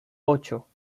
ocho